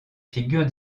figures